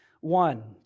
One